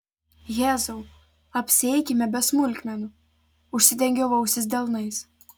jėzau apsieikime be smulkmenų užsidengiu ausis delnais